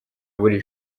buri